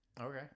Okay